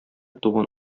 туган